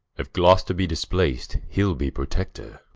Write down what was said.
if gloster be displac'd, hee'l be protector